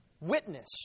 witness